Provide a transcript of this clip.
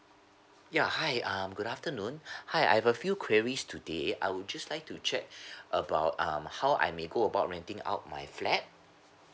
ya hi um good afternoon hi I've a few queries today I would just like to check about um how I may go about renting out my flat